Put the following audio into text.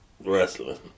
wrestling